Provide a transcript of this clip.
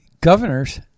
governors